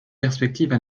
perspectives